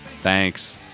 thanks